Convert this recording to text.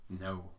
No